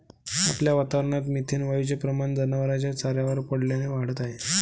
आपल्या वातावरणात मिथेन वायूचे प्रमाण जनावरांच्या चाऱ्यावर पडल्याने वाढत आहे